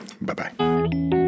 Bye-bye